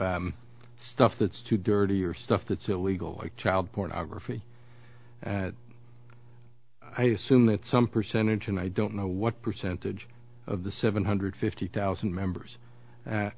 stuff that's too dirty or stuff that's illegal like child pornography i assume that some percentage and i don't know what percentage of the seven hundred fifty thousand members